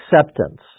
acceptance